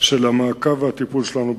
שלא יחול שינוי במעמדה של הרבנות הצבאית